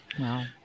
Wow